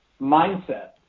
mindset